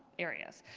areas.